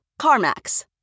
CarMax